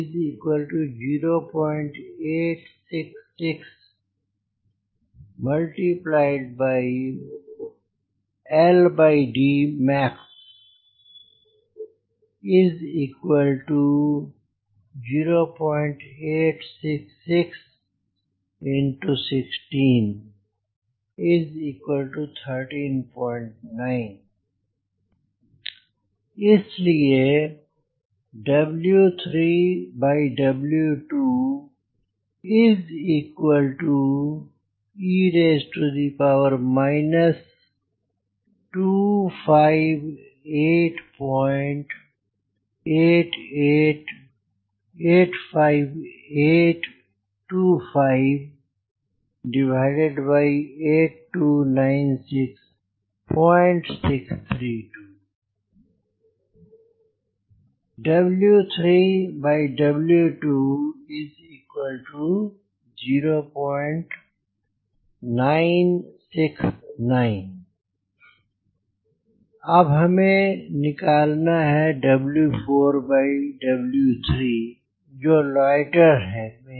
इसलिए 0866 max 086616 139 therefore इसलिए e 25885825 8296632 0969 अब हमें निकालना है जो है लॉयटेर में